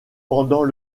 pendant